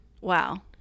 Wow